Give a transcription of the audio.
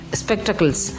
spectacles